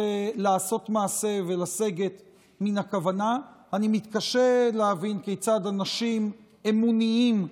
אני מתקשה להבין כיצד אנשים אמוניים,